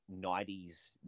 90s